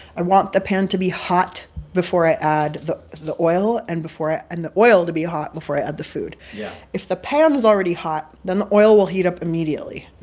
i want the pan to be hot before i add the the oil and before i and the oil to be hot before i add the food yeah if the pan's already hot, then the oil will heat up immediately.